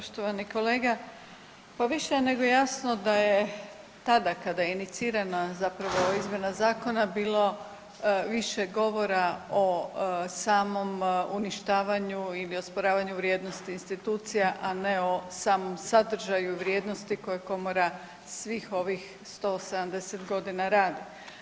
Poštovani kolega pa više je nego jasno da je tada kada je inicirana zapravo izmjena zakona bilo više govora o samom uništavanju ili osporavanju vrijednosti institucija, a ne o samom sadržaju i vrijednosti koje komora svih ovih 170 godina radi.